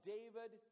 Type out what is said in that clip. David